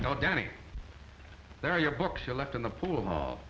know danny there are your books you left in the pool